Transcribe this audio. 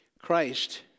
Christ